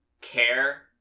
care